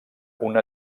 una